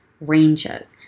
ranges